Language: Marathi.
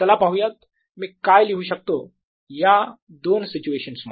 चला पाहुयात मी काय लिहू शकतो या दोन सिच्युएशन मध्ये